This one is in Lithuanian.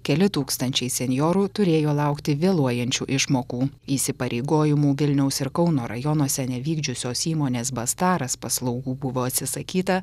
keli tūkstančiai senjorų turėjo laukti vėluojančių išmokų įsipareigojimų vilniaus ir kauno rajonuose nevykdžiusios įmonės bastaras paslaugų buvo atsisakyta